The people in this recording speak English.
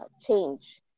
change